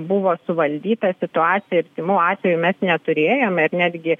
buvo suvaldyta situacija ir tymų atvejų mes neturėjome netgi